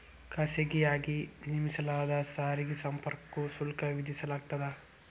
ಖಾಸಗಿಯಾಗಿ ನಿರ್ಮಿಸಲಾದ ಸಾರಿಗೆ ಸಂಪರ್ಕಕ್ಕೂ ಶುಲ್ಕ ವಿಧಿಸಲಾಗ್ತದ